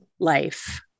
life